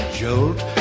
jolt